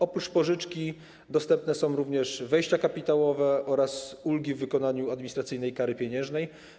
Oprócz pożyczki dostępne są również wejścia kapitałowe oraz ulgi w wykonaniu administracyjnej kary pieniężnej.